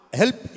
help